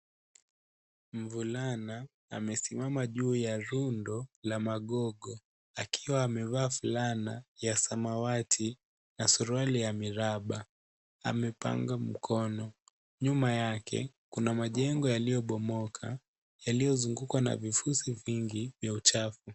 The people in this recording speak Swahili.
Mvulana amesima juu ya rundo la magogo akiwa ameva fulana ya samawati na suruali ya miraba amepanga mkono. Nyuma yake kuna majengo yalio bomoka yalio zungukwa na vifusi vingi vya uchafu.